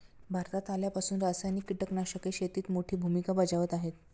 भारतात आल्यापासून रासायनिक कीटकनाशके शेतीत मोठी भूमिका बजावत आहेत